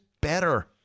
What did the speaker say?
better